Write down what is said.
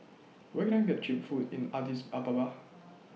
Where Can I get Cheap Food in Addis Ababa